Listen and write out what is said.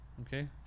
okay